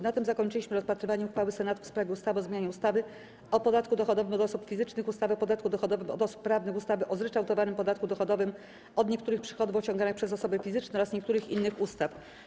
Na tym zakończyliśmy rozpatrywanie uchwały Senatu w sprawie ustawy o zmianie ustawy o podatku dochodowym od osób fizycznych, ustawy o podatku dochodowym od osób prawnych, ustawy o zryczałtowanym podatku dochodowym od niektórych przychodów osiąganych przez osoby fizyczne oraz niektórych innych ustaw.